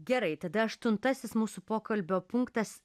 gerai tada aštuntasis mūsų pokalbio punktas